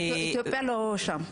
אתיופיה לא נכללת שם.